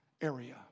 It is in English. area